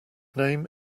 name